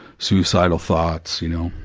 suicidal thoughts, you know.